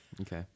Okay